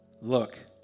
Look